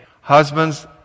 Husbands